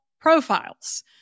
profiles